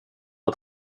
att